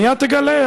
מייד תגלה,